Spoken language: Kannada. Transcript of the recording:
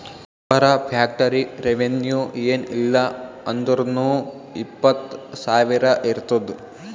ಗೊಬ್ಬರ ಫ್ಯಾಕ್ಟರಿ ರೆವೆನ್ಯೂ ಏನ್ ಇಲ್ಲ ಅಂದುರ್ನೂ ಇಪ್ಪತ್ತ್ ಸಾವಿರ ಇರ್ತುದ್